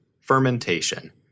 Fermentation